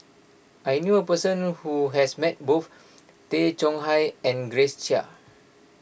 I knew a person who has met both Tay Chong Hai and Grace Chia